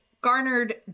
garnered